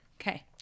Okay